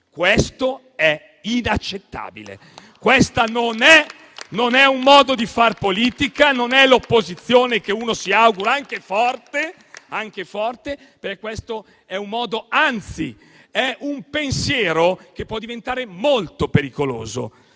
questo è inaccettabile. Questo non è un modo di far politica e non è l'opposizione che uno si augura, anche forte. Questo è un modo, anzi è un pensiero che può diventare molto pericoloso,